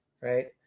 right